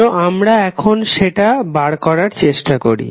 চলো আমরা এখন সেটা বার করার চেষ্টা করি